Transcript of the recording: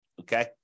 okay